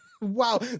Wow